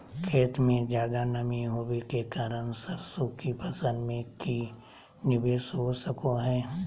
खेत में ज्यादा नमी होबे के कारण सरसों की फसल में की निवेस हो सको हय?